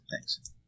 Thanks